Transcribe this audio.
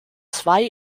zwei